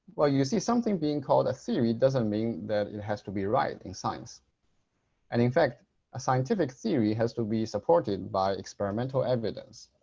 well you see something being called a theory doesn't mean that it has to be right in science and in fact a scientific theory has to be supported by experimental evidence.